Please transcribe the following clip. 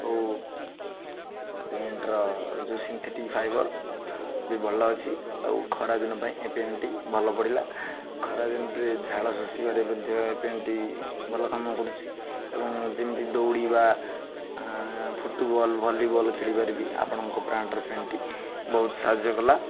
ଓ ପ୍ୟାଣ୍ଟର ଯେଉଁ synthetic fibre ବି ଭଲ ଅଛି ଆଉ ଖରାଦିନ ପାଇଁ ଏ ପ୍ୟାଣ୍ଟଟି ଭଲ ପଡ଼ିଲା ଖରାଦିନରେ ଝାଳ ଶୋଷିବାରେ ମଧ୍ୟ ଏ ପ୍ୟାଣ୍ଟଟି ଭଲ କାମ କରୁଛି ଏବଂ ଯେମିତି ଦୌଡ଼ିବା ଫୁଟବଲ୍ ଭଲିବଲ୍ ଖେଳିବାରେ ବି ଆପଣଙ୍କ ବ୍ରାଣ୍ଡର ପ୍ୟାଣ୍ଟଟି ବହୁତ ସାହାଯ୍ୟ କଲା